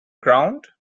ground